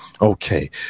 Okay